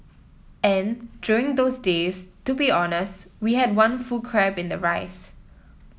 and during those days to be honest we had one full crab in the rice